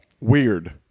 Weird